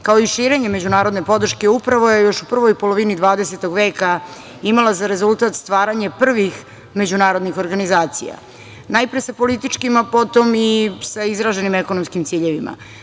kao i širenje međunarodne podrške upravo je još u prvoj polovini 20. veka imala za rezultat stvaranje prvih međunarodnih organizacija najpre sa političkim, a potom i sve izraženim ekonomskim ciljevima. Da